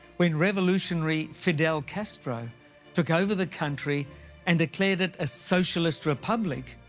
when revolutionary fidel castro took over the country and declared it a socialist republic,